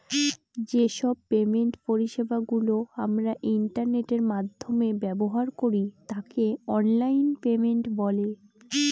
যে সব পেমেন্ট পরিষেবা গুলো আমরা ইন্টারনেটের মাধ্যমে ব্যবহার করি তাকে অনলাইন পেমেন্ট বলে